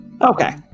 Okay